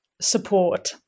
support